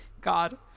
God